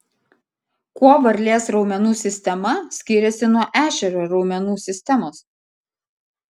kuo varlės raumenų sistema skiriasi nuo ešerio raumenų sistemos